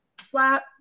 slap